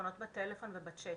שפונות אלינו בטלפון ובצ'אט.